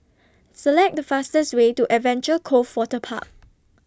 Select The fastest Way to Adventure Cove Waterpark